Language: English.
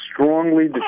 strongly